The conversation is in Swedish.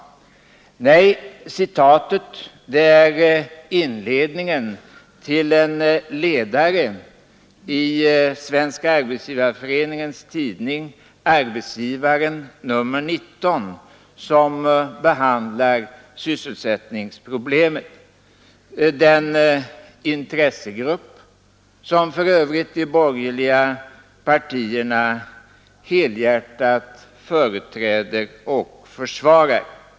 Nej, citatet är inledningen till en ledare i SAF:s tidning Arbetsgivaren nr 19, som behandlar sysselsättningsproblemet. Det kommer alltså från den intressegrupp som de borgerliga partierna helhjärtat företräder och försvarar.